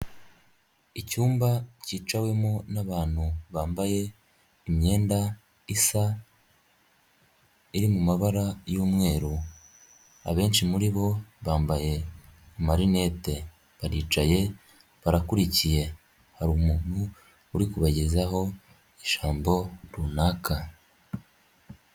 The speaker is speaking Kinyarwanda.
Icyumba cyicawemo n'abantu bambaye imyenda isa iri mu mabara y'umweru abenshi muri bo bambaye amarinete baricaye barakurikiye hari umuntu uri kubagezaho ijambo runaka.